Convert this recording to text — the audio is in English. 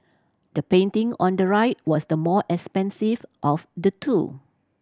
the painting on the right was the more expensive of the two